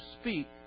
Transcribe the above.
speak